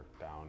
down